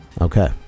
Okay